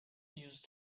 used